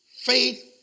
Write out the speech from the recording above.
Faith